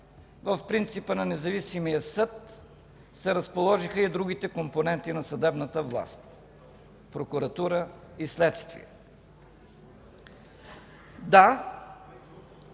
в принципа на независимия съд се разположиха и другите компоненти на съдебната власт – прокуратура и следствие.